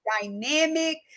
dynamic